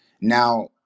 Now